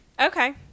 Okay